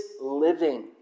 living